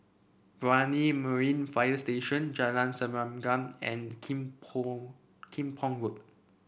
Brani Marine Fire Station Jalan Serengam and Kim Pong Kim Pong Road